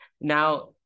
Now